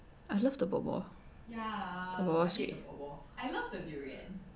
I love the ball ball no actually